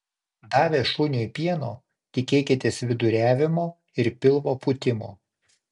davę šuniui pieno tikėkitės viduriavimo ir pilvo pūtimo